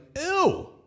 ew